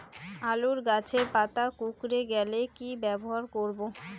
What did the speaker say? আলুর গাছের পাতা কুকরে গেলে কি ব্যবহার করব?